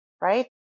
right